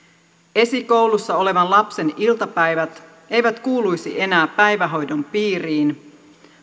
esikoulussa olevan lapsen iltapäivät eivät kuuluisi enää päivähoidon piiriin